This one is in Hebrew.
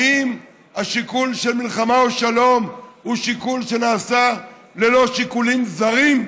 האם השיקול של מלחמה או שלום הוא שיקול שנעשה ללא שיקולים זרים?